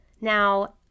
Now